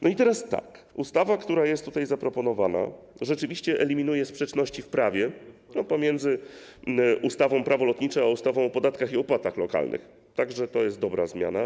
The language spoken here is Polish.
I teraz tak: ustawa, która jest zaproponowana, rzeczywiście eliminuje sprzeczności w prawie pomiędzy ustawą - Prawo lotnicze a ustawą o podatkach i opłatach lokalnych, tak że to jest dobra zmiana.